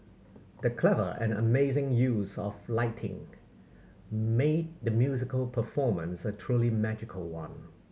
the clever and amazing use of lighting made the musical performance a truly magical one